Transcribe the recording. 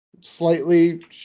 Slightly